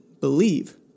believe